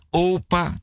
opa